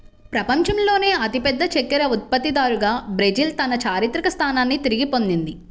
ప్రపంచంలోనే అతిపెద్ద చక్కెర ఉత్పత్తిదారుగా బ్రెజిల్ తన చారిత్రక స్థానాన్ని తిరిగి పొందింది